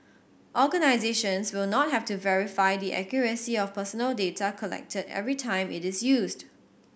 organisations will not have to verify the accuracy of personal data collected every time it is used